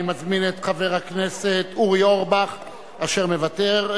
אני מזמין את חבר הכנסת אורי אורבך אשר מוותר,